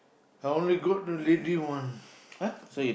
I only got the lady one